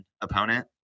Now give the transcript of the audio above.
opponent